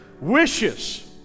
wishes